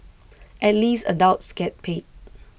at least adults get paid